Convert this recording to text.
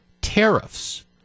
tariffs